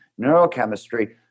neurochemistry